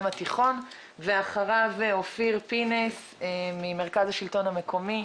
התיכון; ואחריו אופיר פינס ממרכז השלטון המקומי,